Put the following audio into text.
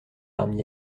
parmi